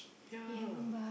ya